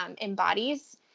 embodies